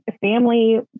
family